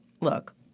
Look